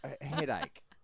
Headache